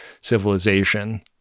civilization